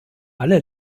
alle